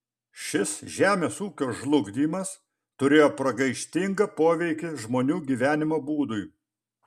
šis žemės ūkio žlugdymas turėjo pragaištingą poveikį žmonių gyvenimo būdui